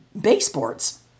baseboards